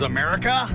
America